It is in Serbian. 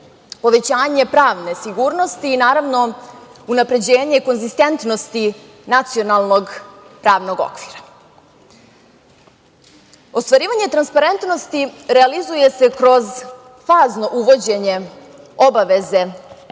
povećanje pravne sigurnosti i unapređenje konzistentnosti nacionalnog pravnog okvira. Ostvarivanje transparentnosti realizuje se kroz fazno uvođenje obaveze